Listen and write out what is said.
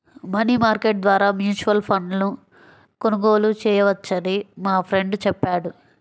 money market ద్వారా mutual ఫండ్ను కొనుగోలు చేయవచ్చని మా ఫ్రెండు చెప్పాడు